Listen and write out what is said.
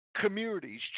Communities